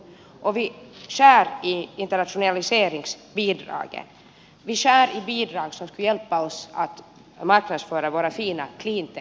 har vi tillräckligt med företag som vill växa gör vi tillräckligt för att företagarna ska anställa den där första yttre anställda till exempel en ung